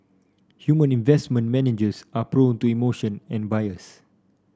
human investment managers are prone to emotion and bias